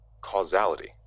causality